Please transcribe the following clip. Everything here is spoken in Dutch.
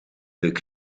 leuk